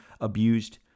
abused